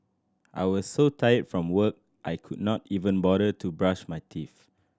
I was so tired from work I could not even bother to brush my teeth